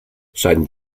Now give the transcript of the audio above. sant